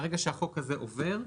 ברגע שהחוק הזה עובר,